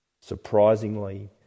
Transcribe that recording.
surprisingly